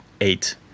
eight